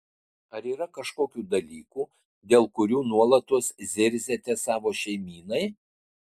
ar yra kažkokių dalykų dėl kurių nuolatos zirziate savo šeimynai